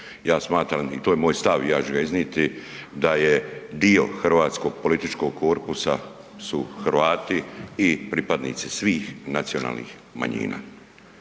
ja smatram i to je moj stav i ja ću ga iznijeti, da je dio hrvatskog političkog korpusa su Hrvati i pripadnici svih nacionalnih manjina.